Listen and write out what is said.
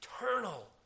eternal